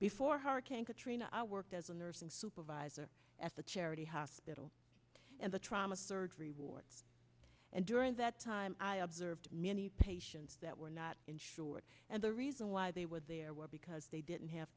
before hurricane katrina i worked as a nursing supervisor at the charity hospital and the trauma surgery ward and during that time i observed many patients that were not insured and the reason why they were there were because they